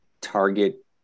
target